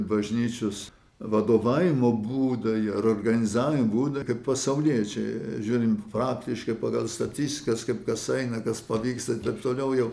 bažnyčios vadovavimo būdą ir organizavimo būdą kaip pasauliečiai žiūrim faktiškai pagal statistikas kaip kas eina kas pavyksta taip toliau jau